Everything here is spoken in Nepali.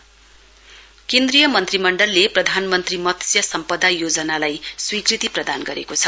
यनियन केविनेट केन्द्रीय मन्त्रीमण्डलले प्रधानमन्त्री मत्स्य सम्पदा योजनालाई स्वीकृति प्रदान गरेको छ